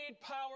power